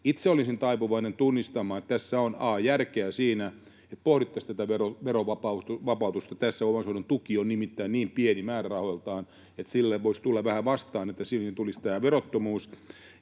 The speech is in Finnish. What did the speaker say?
Itse olisin taipuvainen tunnistamaan, että on järkeä siinä, että pohdittaisiin tätä verovapautusta tässä. Omaishoidon tuki on nimittäin niin pieni määrärahoiltaan, että siinä voisi tulla vähän vastaan, että siihen tulisi tämä verottomuus.